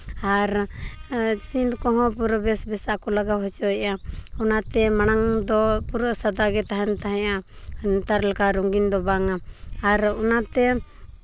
ᱟᱨ ᱥᱤᱱ ᱠᱚᱦᱚᱸ ᱯᱩᱨᱟᱹ ᱵᱮᱥ ᱵᱮᱥᱟᱜ ᱠᱚ ᱞᱟᱜᱟᱣ ᱦᱚᱪᱚᱭᱮᱫᱼᱟ ᱚᱱᱟᱛᱮ ᱢᱟᱲᱟᱝ ᱫᱚ ᱯᱩᱨᱟᱹ ᱥᱟᱫᱟᱜᱮ ᱛᱟᱦᱮᱸᱫᱼᱟ ᱱᱮᱛᱟᱨ ᱞᱮᱠᱟ ᱨᱚᱸᱜᱤᱱ ᱫᱚ ᱵᱟᱝᱟ ᱟᱨ ᱚᱱᱟᱛᱮ